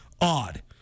odd